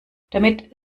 damit